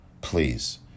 please